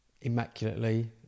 immaculately